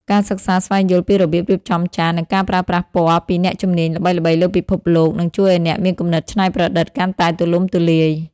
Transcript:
ការសិក្សាស្វែងយល់ពីរបៀបរៀបចំចាន និងការប្រើប្រាស់ពណ៌ពីអ្នកជំនាញល្បីៗលើពិភពលោក នឹងជួយឱ្យអ្នកមានគំនិតច្នៃប្រឌិតកាន់តែទូលំទូលាយ។